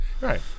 Right